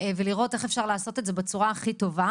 ולראות איך אפשר לעשות את זה בצורה הכי טובה.